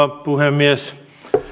puhemies